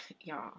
y'all